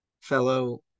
fellow